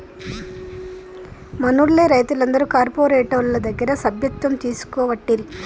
మనూళ్లె రైతులందరు కార్పోరేటోళ్ల దగ్గర సభ్యత్వం తీసుకోవట్టిరి